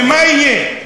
ומה יהיה,